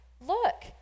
look